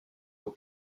aux